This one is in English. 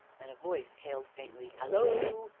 and a voice hailed faintly hallo!